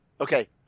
Okay